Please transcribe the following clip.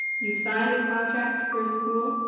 you've signed a contract for a school?